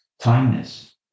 kindness